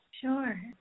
Sure